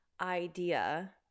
Idea